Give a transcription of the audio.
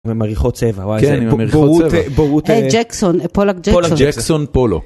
ומריחות צבע, וואי איזה מריחות צבע, בורות, בורות, היי ג'קסון, פולק ג'קסון, פולק ג'קסון, פולו.